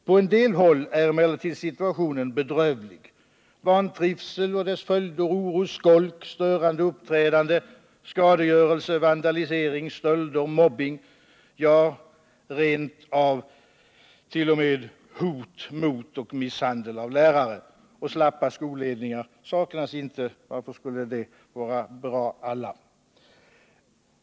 På en del håll är emellertid situationen bedrövlig med vantrivsel och dess följder — oro, skolk, störande uppträdande, skadegörelse, vandalisering, stöld och mobbing, ja, rent av hot mot och misshandel av lärare. Slappa skolledningar saknas inte. Varför skulle alla sådana vara bra?